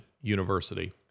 university